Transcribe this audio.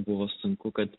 buvo sunku kad